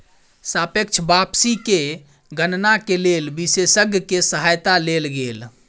सापेक्ष वापसी के गणना के लेल विशेषज्ञ के सहायता लेल गेल